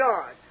God